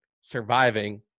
surviving